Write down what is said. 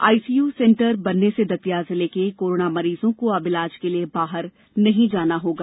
ICU centre बनने से दतिया जिले के कोरोना मरीजों को अब इलाज के लिए बाहर नहीं जाना होगा